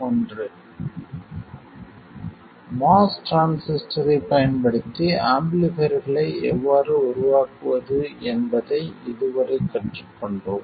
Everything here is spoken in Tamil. MOS டிரான்சிஸ்டரைப் பயன்படுத்தி ஆம்பிளிஃபைர்களை எவ்வாறு உருவாக்குவது என்பதை இதுவரை கற்றுக்கொண்டோம்